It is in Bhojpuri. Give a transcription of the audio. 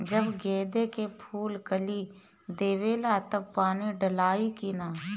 जब गेंदे के फुल कली देवेला तब पानी डालाई कि न?